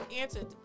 answered